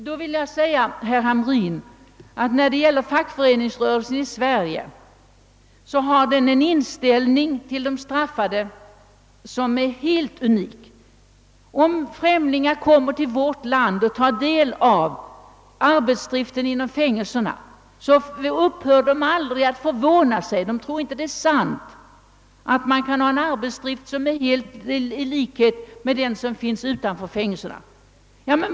Jag vill säga herr Hamrin att fackföreningsrörelsen i Sverige har en inställning till de straffade som är helt unik. Främlingar som kommer till vårt land och får kännedom om arbetsdriften inom fängelserna här upphör aldrig att förvåna sig över att man kan ha en arbetsdrift i fängelserna som liknar arbetsmarknaden ute i samhällslivet.